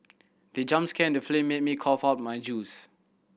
the jump scare in the film made me cough out my juice